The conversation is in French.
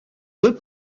deux